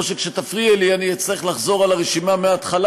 או שכשתפריעי לי אני אצטרך לחזור על הרשימה מההתחלה